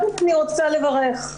אני רוצה לברך.